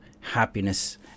Happiness